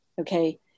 Okay